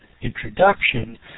introduction